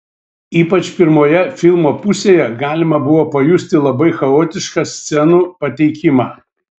ypač pirmoje filmo pusėje galima buvo pajusti labai chaotišką scenų pateikimą